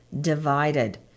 divided